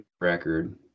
record